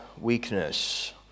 weakness